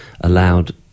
allowed